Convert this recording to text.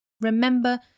Remember